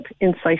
Insight